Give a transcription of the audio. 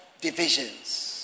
divisions